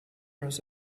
rows